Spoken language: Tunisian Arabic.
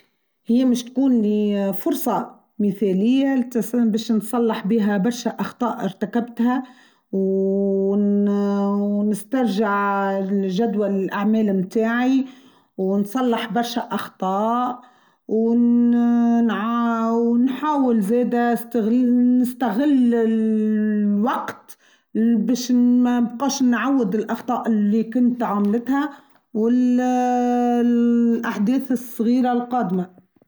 تكون لي فرصة مثالية بش نصلح بها برشا أخطاء ارتكبتها ونسترجع الجدول الأعمال متاعي ونصلح برشا أخطاء ونحاول زادة نستغل الوقت بش مانبقاش نعود الأخطاء التي كنت عملتها والأحداث الصغيرة القادمة.